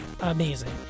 amazing